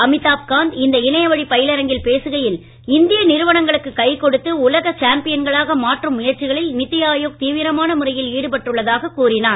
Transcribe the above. அமிதாப் காந்த் இந்த இணையவழி பயிலரங்கில் பேசுகையில் இந்திய நிறுவனங்களுக்கு கை கொடுத்து உலக சாம்பியன்களாக மாற்றும் முயற்சிகளில் நிதி ஆயோக் தீவிரமான முறையில் ஈடுபட்டுள்ளதாகக் கூறினார்